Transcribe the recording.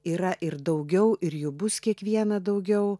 yra ir daugiau ir jų bus kiekvieną daugiau